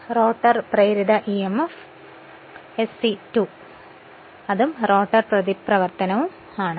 rotor പ്രേരിത emf SE2 ഉം rotor പ്രതിപ്രവർത്തനം ഉം ആണ്